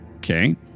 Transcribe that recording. Okay